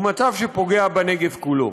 הוא מצב שפוגע בנגב כולו.